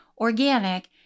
organic